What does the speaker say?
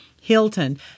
Hilton